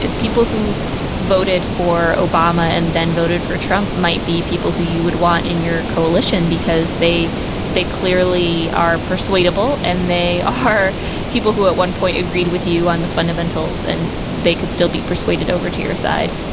people who voted for obama and then voted for trump might be people who you would want in your coalition because they they clearly are persuadable and they ah are people who at one point agreed with you on the fundamentals and they could still be persuaded over to your side.